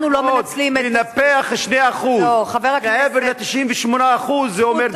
אנחנו לא מנצלים את, לנפח 2% מעבר ל-98% לא.